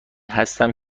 هستم